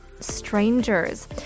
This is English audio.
Strangers